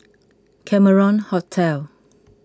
Cameron Hotel